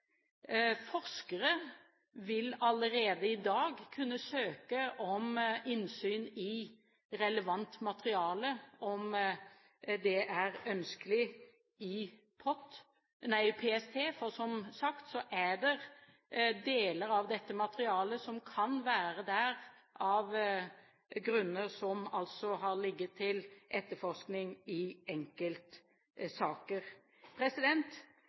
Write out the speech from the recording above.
Forskere vil allerede i dag kunne søke om innsyn i relevant materiale, om det er ønskelig, i PST, for som sagt er det deler av dette materialet som kan være der på grunn av etterforskning i enkeltsaker.